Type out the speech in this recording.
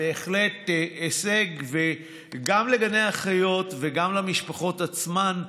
בהחלט הישג גם לגני החיות וגם למשפחות עצמן,